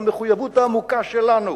במחויבות העמוקה שלנו